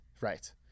right